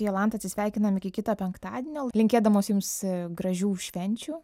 jolanta atsisveikinam iki kito penktadienio linkėdamos jums gražių švenčių